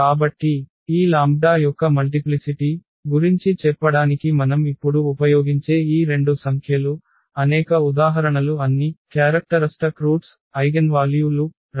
కాబట్టి ఈ λ యొక్క మల్టిప్లిసిటి గురించి చెప్పడానికి మనం ఇప్పుడు ఉపయోగించే ఈ రెండు సంఖ్యలు అనేక ఉదాహరణలు అన్ని లక్షణం మూలాలు ఐగెన్వాల్యూ లు పునరావృతమయ్యాయి